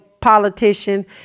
politician